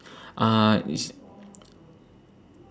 uh it's